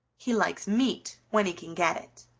he likes meat when he can get it.